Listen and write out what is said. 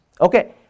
Okay